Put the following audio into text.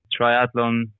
triathlon